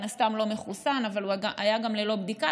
מן הסתם הוא לא מחוסן אבל הוא היה גם ללא בדיקה,